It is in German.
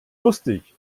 lustig